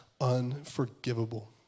unforgivable